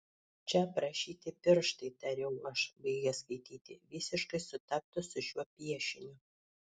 čia aprašyti pirštai tariau aš baigęs skaityti visiškai sutaptų su šiuo piešiniu